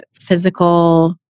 physical